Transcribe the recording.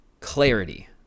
clarity